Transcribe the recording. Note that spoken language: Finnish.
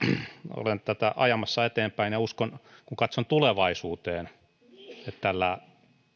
olen tätä ajamassa eteenpäin ja uskon kun katson tulevaisuuteen että tällä